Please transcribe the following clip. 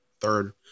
third